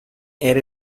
era